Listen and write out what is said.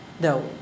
no